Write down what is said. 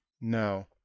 no